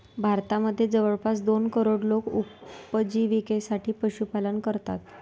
भारतामध्ये जवळपास दोन करोड लोक उपजिविकेसाठी पशुपालन करतात